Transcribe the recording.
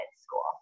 school